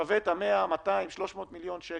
זה שווה את ה-100, 200, 300 מיליון שקל.